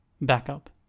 Backup